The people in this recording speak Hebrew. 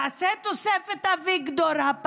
תעשה "תוספת אביגדור" הפעם.